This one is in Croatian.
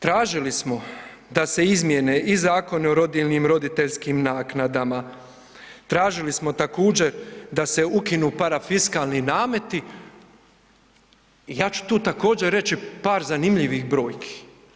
Također, tražili smo da se izmijene i zakoni o rodiljnim, roditeljskim naknadama, tražili smo također da se ukinu parafiskalni nameti u ja ću također reći par zanimljivih brojki.